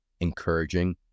encouraging